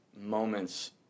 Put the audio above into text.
moments